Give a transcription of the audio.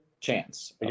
chance